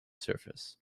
surface